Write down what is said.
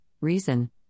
Reason